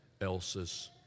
else's